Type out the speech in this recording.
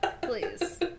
please